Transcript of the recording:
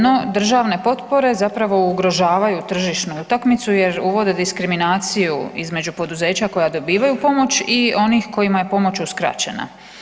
No državne potpore zapravo ugrožavaju tržišnu utakmicu jer uvode diskriminaciju između poduzeća koja dobivaju pomoć i onih kojima je pomoć uskraćena.